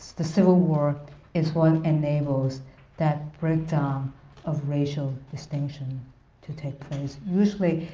the civil war is what enables that breakdown of racial distinction to take place. usually,